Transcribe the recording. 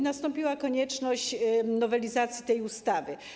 Nastąpiła konieczność nowelizacji tej ustawy.